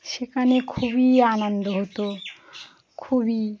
সেখানে খুবই আনন্দ হতো খুবই